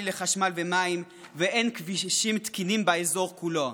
לחשמל ומים ואין כבישים תקינים באזור כולו.